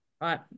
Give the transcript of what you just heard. right